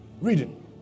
reading